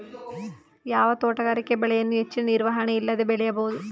ಯಾವ ತೋಟಗಾರಿಕೆ ಬೆಳೆಯನ್ನು ಹೆಚ್ಚಿನ ನಿರ್ವಹಣೆ ಇಲ್ಲದೆ ಬೆಳೆಯಬಹುದು?